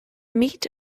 meat